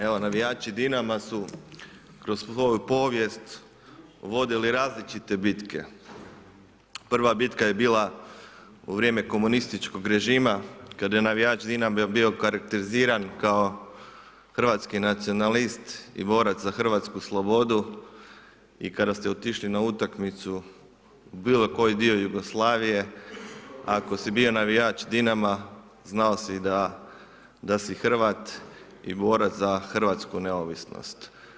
Evo navijači Dinama kroz svoju povijest vodilo različite bitke, prva bitka je bila u vrijeme komunističkog režima kada je navijač Dinama bio okarakteriziran kao hrvatski nacionalist i borac za hrvatsku slobodu i kada ste otišli na utakmicu, u bilokoji dio Jugoslavije ako si bio navijač Dinama, znao si da si Hrvat i borac za hrvatsku neovisnost.